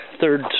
third